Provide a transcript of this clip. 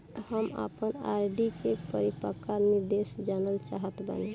हम आपन आर.डी के परिपक्वता निर्देश जानल चाहत बानी